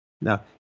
Now